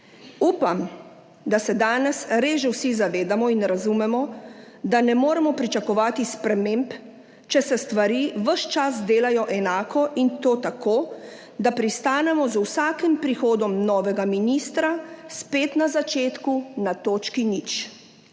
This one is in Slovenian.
Upam, da se danes res že vsi zavedamo in razumemo, da ne moremo pričakovati sprememb, če se stvari ves čas delajo enako in to tako, da pristanemo z vsakim prihodom novega ministra spet na začetku, na točki 0